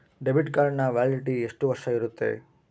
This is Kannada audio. ಡೆಬಿಟ್ ಕಾರ್ಡಿನ ವ್ಯಾಲಿಡಿಟಿ ಎಷ್ಟು ವರ್ಷ ಇರುತ್ತೆ?